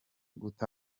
guta